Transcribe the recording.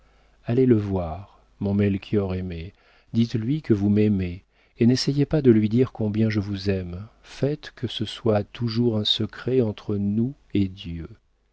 allez le voir mon melchior aimé dites-lui que vous m'aimez et n'essayez pas de lui dire combien je vous aime faites que ce soit toujours un secret entre nous et dieu